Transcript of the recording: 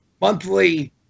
monthly